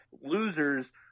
Losers